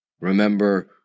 Remember